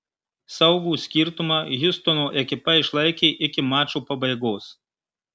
saugų skirtumą hjustono ekipa išlaikė iki mačo pabaigos